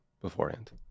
beforehand